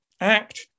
Act